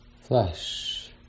flesh